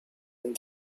and